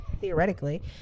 theoretically